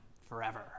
forever